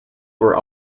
were